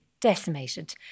decimated